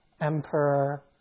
emperor